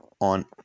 on